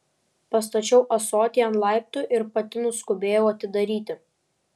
pastačiau ąsotį ant laiptų ir pati nuskubėjau atidaryti